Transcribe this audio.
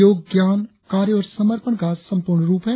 योग ज्ञान कार्य और समर्पण का संपूर्ण रुप है